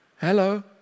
Hello